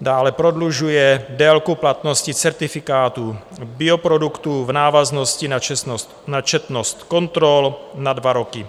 dále prodlužuje délku platnosti certifikátů bioproduktů v návaznosti na četnost kontrol na dva roky.